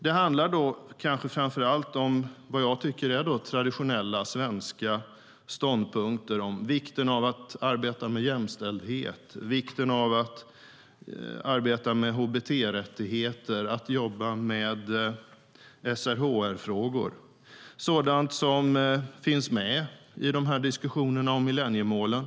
Det handlar kanske framför allt om vad jag tycker är traditionella svenska ståndpunkter om vikten av att arbeta med jämställdhet, hbt-rättigheter och SRHR-frågor, sådant som finns med i diskussionerna om millenniemålen.